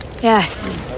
Yes